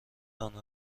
آنها